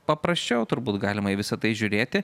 paprasčiau turbūt galima į visa tai žiūrėti